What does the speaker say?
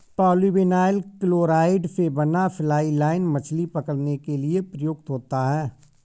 polyvinyl chloride से बना fly line मछली पकड़ने के लिए प्रयुक्त होता है